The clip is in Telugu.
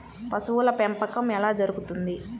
పశువుల పెంపకం ఎలా జరుగుతుంది?